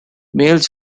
males